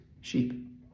sheep